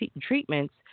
treatments